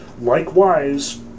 Likewise